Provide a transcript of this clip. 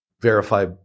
verify